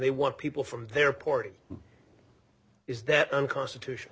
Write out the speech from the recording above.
they want people from their port is that unconstitutional